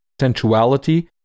sensuality